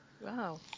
Wow